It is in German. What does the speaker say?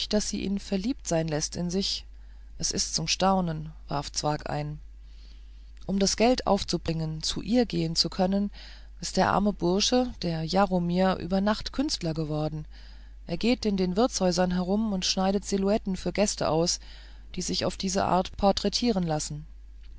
daß sie ihn verliebt sein läßt in sich es ist zum staunen warf zwakh hin um das geld aufzubringen zu ihr gehen zu können ist der arme bursche der jaromir über nacht künstler geworden er geht in den wirtshäusern herum und schneidet silhouetten für gäste aus die sich auf diese art porträtieren lassen